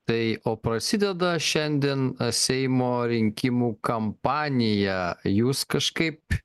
tai o prasideda šiandien seimo rinkimų kampaniją jūs kažkaip